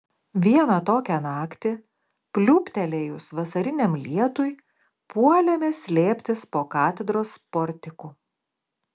vieną tokią naktį pliūptelėjus vasariniam lietui puolėme slėptis po katedros portiku